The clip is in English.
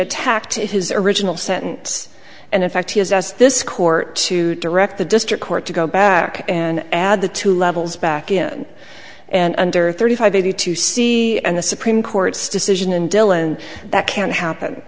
attacked his original sentence and in fact he has asked this court to direct the district court to go back and add the two levels back in and under thirty five easy to see and the supreme court's decision in dillon that can't happen